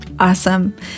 Awesome